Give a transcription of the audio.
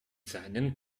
seinen